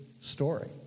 story